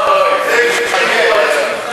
אדוני היושב-ראש,